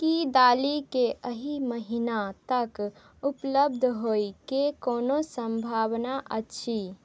की दालिके एहि महीना तक उपलब्ध होइके कोनो सम्भावना अछि